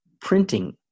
printing